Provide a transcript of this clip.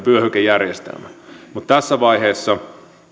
vyöhykejärjestelmällä mutta tässä vaiheessa